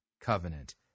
covenant